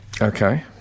Okay